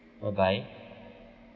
bye bye